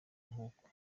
nkuko